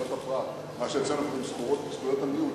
זכויות הפרט, מה שאצלנו קוראים זכויות המיעוט.